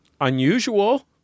unusual